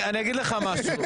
אני אגיד לך משהו,